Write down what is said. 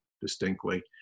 distinctly